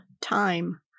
Time